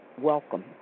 Welcome